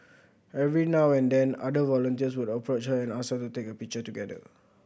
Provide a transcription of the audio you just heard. every now and then other volunteers would approach her and ask to take a picture together